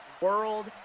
World